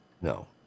No